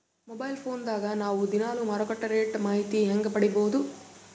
Mobile phone ದಾಗ ನಾವು ದಿನಾಲು ಮಾರುಕಟ್ಟೆ ರೇಟ್ ಮಾಹಿತಿ ಹೆಂಗ ಪಡಿಬಹುದು?